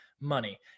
money